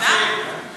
איזו צמיחה?